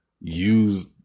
use